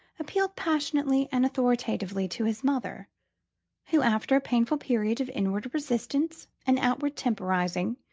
appealed passionately and authoritatively to his mother who, after a painful period of inward resistance and outward temporising,